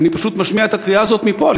אני פשוט משמיע את הקריאה הזאת מפה,